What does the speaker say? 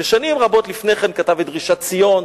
ששנים רבות לפני כן כתב את "דרישת ציון",